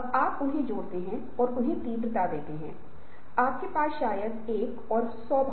जब ईआईपी को पहली बार पेश किया गया था जो एक क्रांतिकारी बदलाव था